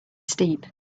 steep